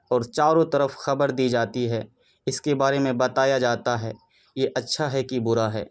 اور چاروں طرف خبر دی جاتی ہے اس کے بارے میں بتایا جاتا ہے یہ اچھا ہے کہ برا ہے